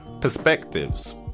perspectives